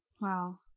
Wow